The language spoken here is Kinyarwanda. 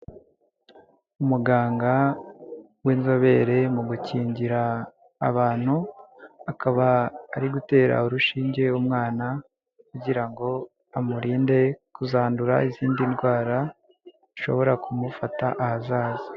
Umuganga w'inzobere mu gukingira abantu akaba ari gutera urushinge umwana kugira ngo amurinde kuzandura izindi ndwara zishobora kumufata ahazaza.